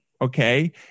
Okay